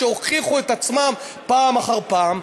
שהוכיחו את עצמם פעם אחר פעם.